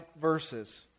verses